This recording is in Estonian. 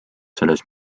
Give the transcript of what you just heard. selles